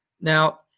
Now